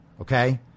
Okay